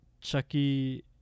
Chucky